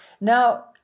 Now